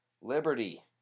Liberty